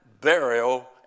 burial